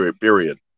Period